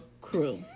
crew